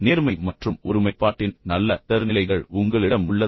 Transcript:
நேர்மை மற்றும் ஒருமைப்பாட்டின் நல்ல தரநிலைகள் உங்களிடம் உள்ளதா